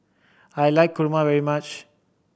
I like kurma very much